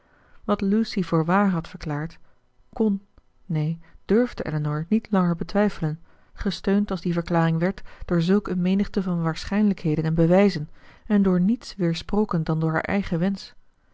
wat lucy voor waar had verklaard kon neen durfde elinor niet langer betwijfelen gesteund als die verklaring werd door zulk een menigte van waarschijnlijkheden en bewijzen en door niets weersproken dan door haar eigen wensch